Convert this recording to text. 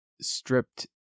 stripped